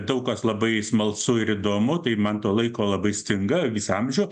daug kas labai smalsu ir įdomu tai man to laiko labai stinga visą amžių